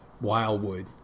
Wildwood